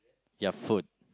ya food